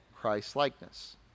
Christ-likeness